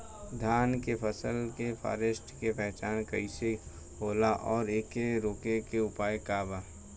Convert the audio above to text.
धान के फसल के फारेस्ट के पहचान कइसे होला और एके रोके के उपाय का बा?